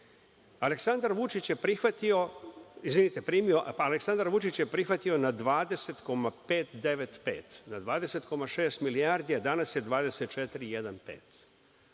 Aleksandar Vučić je prihvatio na 20,595, na 20, 6 milijardi, a danas je 24,15.